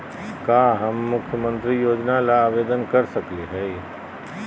का हम मुख्यमंत्री योजना ला आवेदन कर सकली हई?